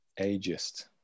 ageist